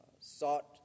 sought